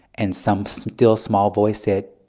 and some still, small voice said,